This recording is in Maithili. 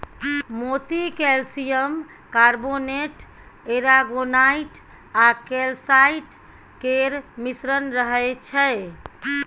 मोती कैल्सियम कार्बोनेट, एरागोनाइट आ कैलसाइट केर मिश्रण रहय छै